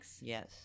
Yes